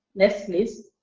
next please.